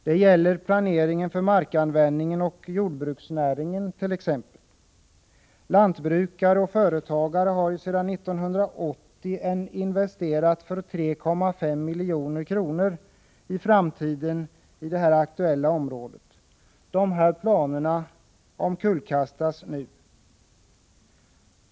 Det gäller planeringen för markanvändning och jordbruksnäringen. Lantbrukare och företagare har sedan 1980 investerat 3,5 milj.kr. för framtiden i det aktuella området. Dessa planer omkullkastas nu.